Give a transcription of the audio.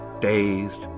dazed